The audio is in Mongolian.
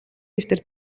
дэвтэр